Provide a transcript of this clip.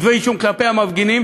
26 כתבי-אישום כלפי המפגינים